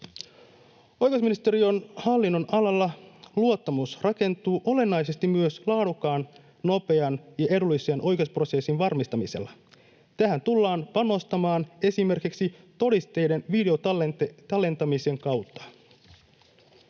Oikeusministeriön hallinnonalalla luottamus rakentuu olennaisesti myös laadukkaan, nopean ja edullisen oikeusprosessin varmistamisella. Tähän tullaan panostamaan esimerkiksi todisteiden videotallentamisen kautta.